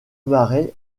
marée